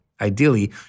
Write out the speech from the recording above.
Ideally